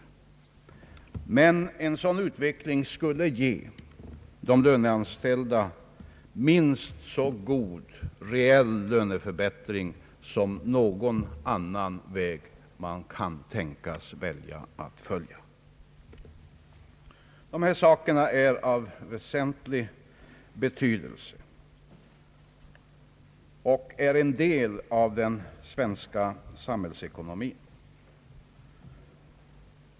En sådan utveckling skulle emellertid ge de löneanställda en minst lika god reell löneförbättring, som skulle kunna erhållas om man valde att följa någon annan väg. Dessa ting är av väsentlig betydelse och utgör en del av den svenska samhällsekonomin.